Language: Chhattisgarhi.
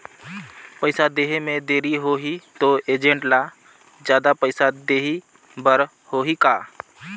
पइसा देहे मे देरी होही तो एजेंट ला जादा पइसा देही बर होही का?